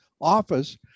office